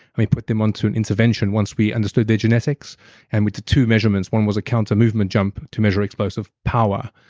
we put them on to an intervention once we understood their genetics and we took two measurements. one was a counter-movement jump to measure explosive power,